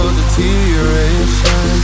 deterioration